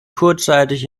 kurzzeitig